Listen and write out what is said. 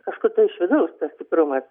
kažkur tai iš vidaus tas stiprumas